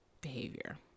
behavior